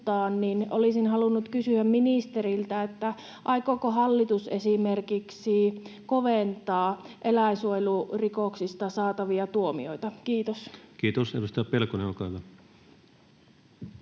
olisin halunnut kysyä ministeriltä: aikooko hallitus esimerkiksi koventaa eläinsuojelurikoksista saatavia tuomioita? — Kiitos. [Speech